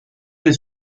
del